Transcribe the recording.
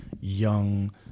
young